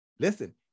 Listen